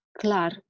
clar